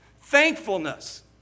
Thankfulness